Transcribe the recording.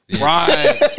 Right